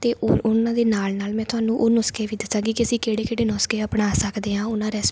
ਅਤੇ ਉ ਉਹਨਾਂ ਦੇ ਨਾਲ ਨਾਲ ਮੈਂ ਤੁਹਾਨੂੰ ਉਹ ਨੁਸਖ਼ੇ ਵੀ ਦੱਸਾਂਗੀ ਕਿ ਅਸੀਂ ਕਿਹੜੇ ਕਿਹੜੇ ਨੁਸਖ਼ੇ ਅਪਣਾ ਸਕਦੇ ਹਾਂ ਉਹਨਾਂ ਰੈਸਿਪੀਆਂ